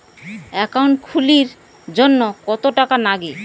Account খুলির জন্যে কত টাকা নাগে?